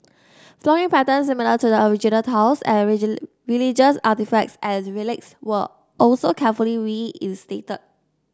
flooring patterns similar to the original tiles and religious artefacts and relics were also carefully reinstated